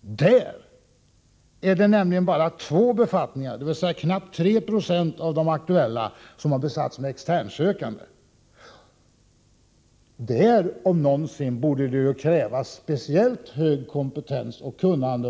Där är det nämligen bara två befattningar, dvs. knappt 3 20 av de aktuella befattningarna, som har besatts med externsökande. Där om någonstans borde det väl krävas speciellt god kompetens och gott kunnande.